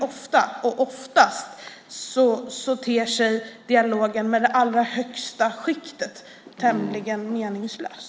Oftast ter sig dialogen med det högsta skiktet tämligen meningslös.